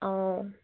অঁ